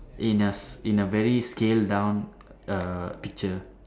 in a s~ in a very scale down uh picture